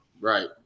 Right